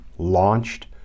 launched